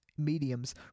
mediums